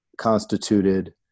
constituted